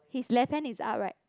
his left hand is up right